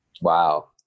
Wow